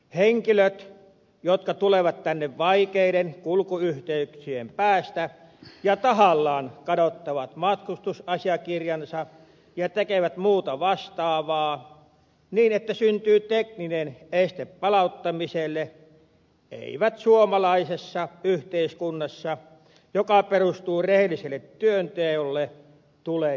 henkilöt jotka tulevat tänne vaikeiden kulkuyhteyksien päästä ja tahallaan kadottavat matkustusasiakirjansa ja tekevät muuta vastaavaa niin että syntyy tekninen este palauttamiselle eivät suomalaisessa yhteiskunnassa joka perustuu rehelliselle työnteolle tule työllistymään